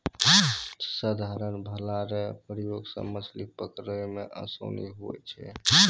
साधारण भाला रो प्रयोग से मछली पकड़ै मे आसानी हुवै छै